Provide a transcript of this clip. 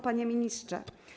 Panie Ministrze!